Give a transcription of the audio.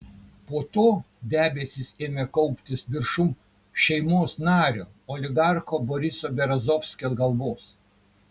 po to debesys ėmė kauptis viršum šeimos nario oligarcho boriso berezovskio galvos